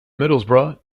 middlesbrough